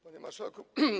Panie Marszałku!